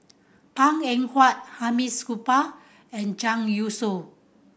Ang Eng Huat Hamid Supaat and Zhang Youshuo